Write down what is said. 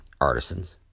artisans